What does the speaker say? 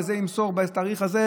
וזה ימסור בתאריך הזה,